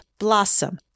Blossom